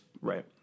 right